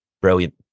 Brilliant